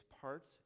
parts